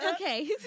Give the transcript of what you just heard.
Okay